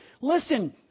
Listen